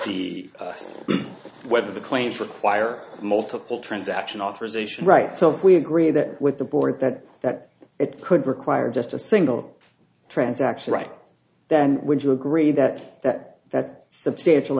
the us whether the claims require multiple transaction authorization right so we agree that with the board that that it could require just a single transaction right then would you agree that that that substantial